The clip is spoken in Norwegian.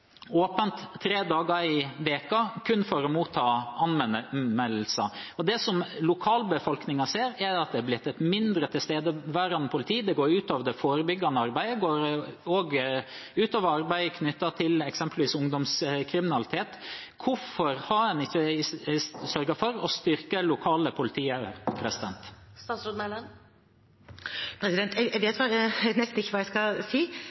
åpent tre dager i uken – kun for å motta anmeldelser. Det lokalbefolkningen ser, er at det er blitt et mindre tilstedeværende politi, det går ut over det forebyggende arbeidet, og det går også ut over arbeidet knyttet til eksempelvis ungdomskriminalitet. Hvorfor har en ikke sørget for å styrke det lokale politiet? Jeg vet nesten ikke hva jeg skal si. Man hører altså ikke på det jeg